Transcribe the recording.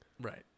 right